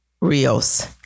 Rios